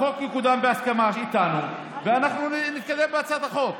החוק יקודם בהסכמה איתנו ואנחנו נתקדם עם הצעת החוק.